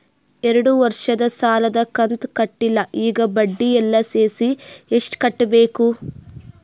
ಎರಡು ವರ್ಷದ ಸಾಲದ ಕಂತು ಕಟ್ಟಿಲ ಈಗ ಬಡ್ಡಿ ಎಲ್ಲಾ ಸೇರಿಸಿ ಎಷ್ಟ ಕಟ್ಟಬೇಕು?